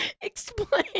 Explain